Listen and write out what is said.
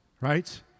right